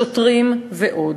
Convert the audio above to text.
שוטרים ועוד.